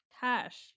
cash